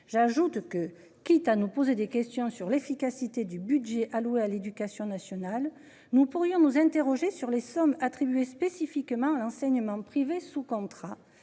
J'ajoute que quitte à nous poser des questions sur l'efficacité du budget alloué à l'éducation nationale nous pourrions nous interroger sur les sommes attribuées spécifiquement l'enseignement privé sous contrat,